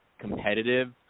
competitive